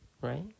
Right